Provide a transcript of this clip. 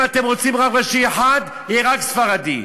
אם אתם רוצים רב ראשי אחד, יהיה רק ספרדי.